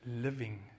living